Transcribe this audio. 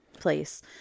place